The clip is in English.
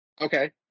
Okay